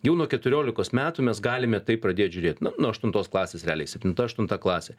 jau nuo keturiolikos metų mes galime taip pradėt žiūrėt nu nuo aštuntos klasės realiai septinta aštunta klasė